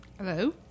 Hello